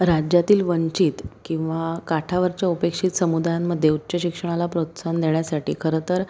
राज्यातील वंचित किंवा काठावरच्या उपेक्षित समुदायांमध्ये उच्च शिक्षणाला प्रोत्साहन देण्यासाठी खरंतर